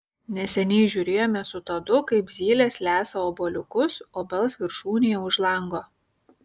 neseniai žiūrėjome su tadu kaip zylės lesa obuoliukus obels viršūnėje už lango